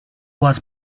was